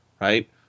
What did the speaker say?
right